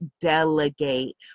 delegate